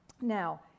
now